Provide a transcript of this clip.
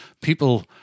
people